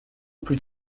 plus